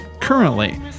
currently